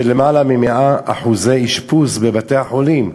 של יותר מ-100% אשפוז בבתי-החולים,